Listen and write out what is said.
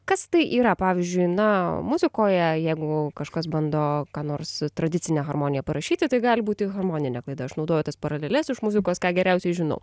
kas tai yra pavyzdžiui na muzikoje jeigu kažkas bando ką nors tradicinę harmoniją parašyti tai gali būti harmoninio klaida aš naudoju tas paraleles iš muzikos ką geriausiai žinau